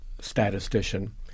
statistician